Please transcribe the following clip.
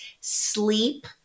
sleep